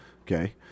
Okay